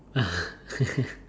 ah